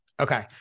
Okay